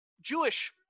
Jewish